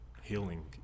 healing